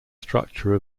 structure